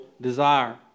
desire